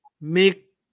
make